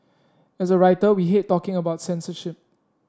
as a writer we hate talking about censorship